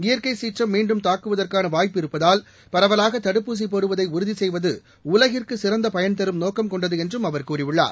இயற்கை சீற்றம் மீண்டும் தாக்குவதற்கான வாய்ப்பு இருப்பதால் பரவலாக தடுப்பூசி போடுவதை உறுதி செய்வது உலகிற்கு சிறந்த பயன்தரும் நோக்கம் கொண்டது என்று அவர் கூறியுள்ளார்